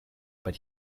but